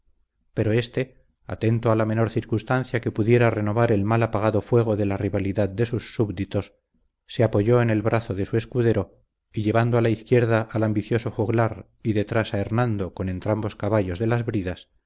pero éste atento a la menor circunstancia que pudiera renovar el mal apagado fuego de la rivalidad de sus súbditos se apoyo en el brazo de su escudero y llevando a la izquierda al ambicioso juglar y detrás a hernando con entrambos caballos de las bridas